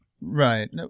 Right